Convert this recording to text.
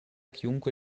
chiunque